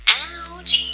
ouch